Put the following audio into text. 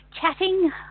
chatting